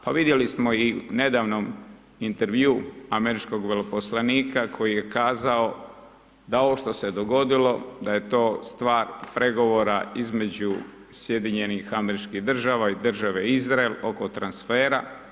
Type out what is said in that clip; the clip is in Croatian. Pa vidjeli smo i u nedavnom intervjuu američkog veleposlanika koji je kazao da ovo što se je dogodilo da je to stvar pregovora između SAD-a i države Izrael oko transfera.